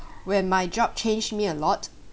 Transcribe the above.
when my job changed me a lot